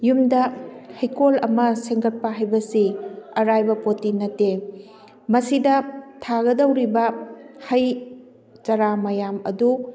ꯌꯨꯝꯗ ꯍꯩꯀꯣꯜ ꯑꯃ ꯁꯦꯝꯒꯠꯄ ꯍꯥꯏꯕꯁꯤ ꯑꯔꯥꯏꯕ ꯄꯣꯠꯇꯤ ꯅꯠꯇꯦ ꯃꯁꯤꯗ ꯊꯥꯒꯗꯧꯔꯤꯕ ꯍꯩ ꯆꯔꯥ ꯃꯌꯥꯝ ꯑꯗꯨ